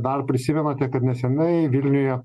dar prisimenate kad nesenai vilniuje